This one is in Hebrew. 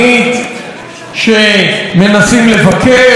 שמנסים לבקר או מבקרים.